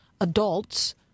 adults